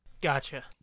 Gotcha